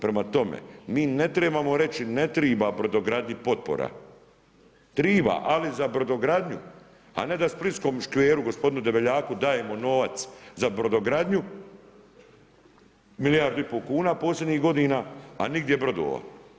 Prema tome, mi ne trebamo reći, ne treba brodogradnji potpora, treba, ali za brodogradnju, a ne da splitskom škveru gospodinu … dajemo novac za brodogradnju milijardu i pol kuna posljednjih godina a nigdje brodova.